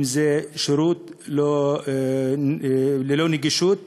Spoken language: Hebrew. אם זה שירות ללא נגישות,